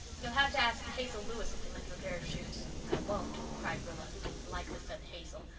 you'll have to ask hazel lewison to lend you a pair of shoes. i won't. cried rilla, who didn't like the said hazel.